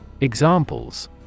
Examples